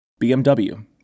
BMW